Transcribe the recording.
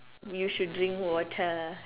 you should drink water